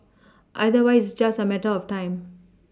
otherwise it's just a matter of time